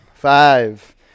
Five